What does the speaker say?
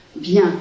bien